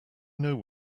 know